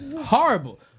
Horrible